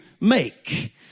make